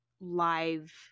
live